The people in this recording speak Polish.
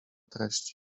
treść